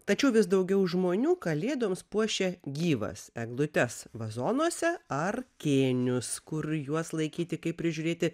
tačiau vis daugiau žmonių kalėdoms puošia gyvas eglutes vazonuose ar kėnius kur juos laikyti kaip prižiūrėti